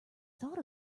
thought